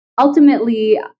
Ultimately